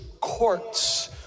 courts